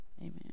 Amen